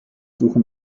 suche